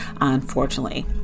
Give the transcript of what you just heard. unfortunately